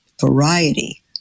variety